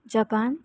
Japan